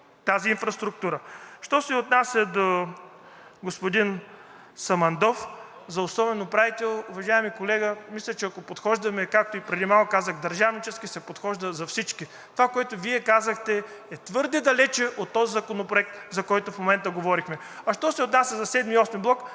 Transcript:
тази инфраструктура. Що се отнася до господин Самандов – за особен управител. Уважаеми колега, мисля, че ако подхождаме, както и преди малко казах – държавнически, се подхожда за всички. Това, което Вие казахте, е твърде далече от този законопроект, за който в момента говорихме. Що се отнася за VII и